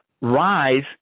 rise